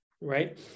right